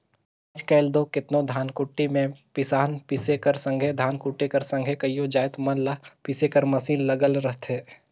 आएज काएल दो केतनो धनकुट्टी में पिसान पीसे कर संघे धान कूटे कर संघे कइयो जाएत मन ल पीसे कर मसीन लगल रहथे